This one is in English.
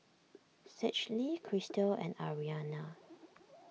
Schley Crystal and Ariana